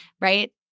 right